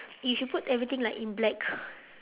if you put everything like in black